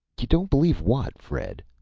you don't believe what, fred?